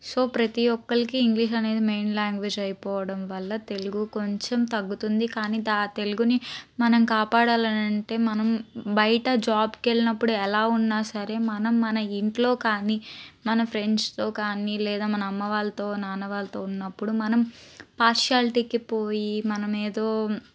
so ప్రతిఒక్కళ్ళకి English అనేది main language అయిపోవడం వల్ల తెలుగు కొంచం తగ్గుతుంది కానీ ఆ తెలుగుని మనం కాపాడాలనంటే మనం బయట జాబ్కు వెళ్ళినప్పుడు ఎలా ఉన్నా సరే మనం మన ఇంట్లో కానీ మన ఫ్రెండ్స్తో కానీ లేదా మన అమ్మ వాళ్ళతో వాళ్ళతో నాన్న వాళ్ళతో ఉన్నపుడు మనం పార్షియాల్టీకి పోయి మనం ఏదో